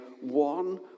one